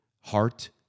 heart